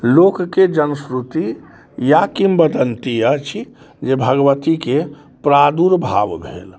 लोकके जनश्रुति या किम्वदन्ती अछि जे भगवतीके प्रादुर्भाव भेल